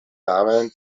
namen